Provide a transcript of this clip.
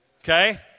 Okay